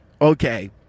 Okay